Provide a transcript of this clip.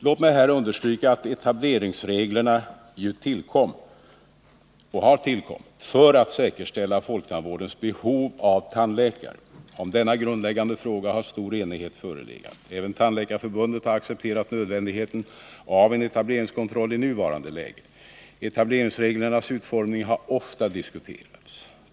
Låt mig här understryka att etableringsreglerna ju tillkommit för att säkerställa folktandvårdens behov av tandläkare. Om denna grundläggande fråga har stor enighet förelegat. Även Tandläkarförbundet har accepterat nödvändigheten av en etableringskontroll i nuvarande läge. Etableringsreglernas utformning har ofta diskuterats.